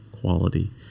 quality